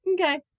okay